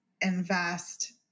invest